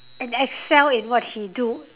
and Excel in what he do